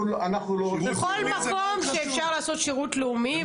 בכל מקום שאפשר לעשות שיטור לאומי,